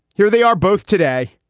here they are both today,